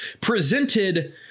presented